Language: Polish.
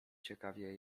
ciekawie